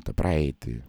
tą praeitį